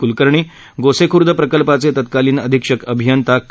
कुलकर्णी गोसेखुर्द प्रकल्पाचे तत्कालीन अधिक्षक अभियंता ख